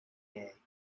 day